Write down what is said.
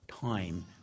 time